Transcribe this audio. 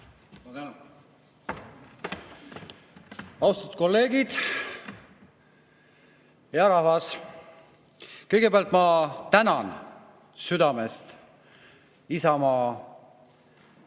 Ma tänan. Austatud kolleegid! Hea rahvas! Kõigepealt ma tänan südamest Isamaa